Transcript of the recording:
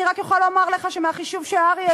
אני רק יכולה לומר לך שמהחישוב שהר"י עשו,